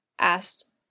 asked